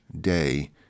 day